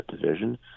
division